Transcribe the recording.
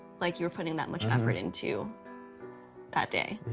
like you were putting that much effort into that day.